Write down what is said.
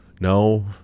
No